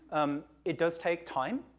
um, it does take time,